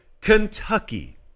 Kentucky